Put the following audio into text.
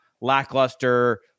lackluster